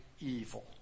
evil